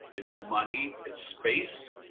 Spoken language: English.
it's money, it's space,